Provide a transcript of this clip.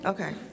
Okay